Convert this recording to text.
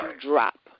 drop